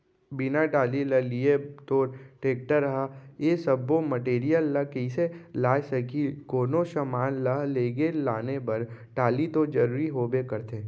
बिना टाली ल लिये तोर टेक्टर ह ए सब्बो मटेरियल ल कइसे लाय सकही, कोनो समान ल लेगे लाने बर टाली तो जरुरी होबे करथे